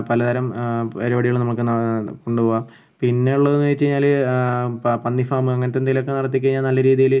പലതരം പരിപാടികൾ നമുക്ക് കൊണ്ടുപോകാം പിന്നെ ഉള്ളത് എന്ന് വെച്ച് കഴിഞ്ഞാൽ പ പന്നി ഫാമ് അങ്ങനത്തെ എന്തേലും ഒക്കെ നടത്തി കഴിഞ്ഞാൽ നല്ല രീതിയിൽ